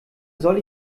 soll